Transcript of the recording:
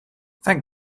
thank